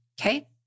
Okay